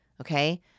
Okay